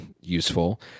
useful